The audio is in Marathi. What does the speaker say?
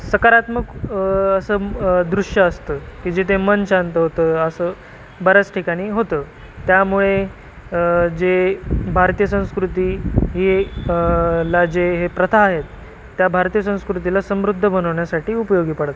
सकारात्मक असं दृश्य असतं की जिथे मन शांत होतं असं बऱ्याच ठिकाणी होतं त्यामुळे जे भारतीय संस्कृती ही एक ला जे हे प्रथा आहेत त्या भारतीय संस्कृतीला समृद्ध बनवण्यासाठी उपयोगी पडतात